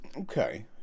Okay